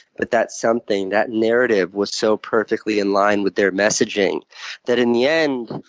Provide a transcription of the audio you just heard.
that that something, that narrative was so perfectly in line with their messaging that, in the end,